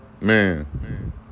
man